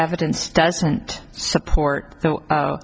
evidence doesn't support so